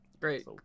great